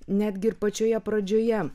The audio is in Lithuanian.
netgi ir pačioje pradžioje